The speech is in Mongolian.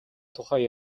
тухай